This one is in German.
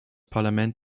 parlament